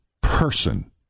person